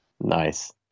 Nice